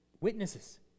witnesses